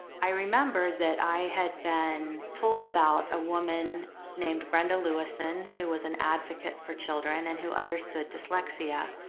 i remembered that i had been told about a woman named brenda louisin who was an advocate for children and who understood dyslexia.